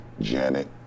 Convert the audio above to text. Janet